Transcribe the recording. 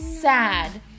sad